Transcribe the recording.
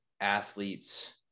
athletes